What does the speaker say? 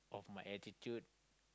of my attitude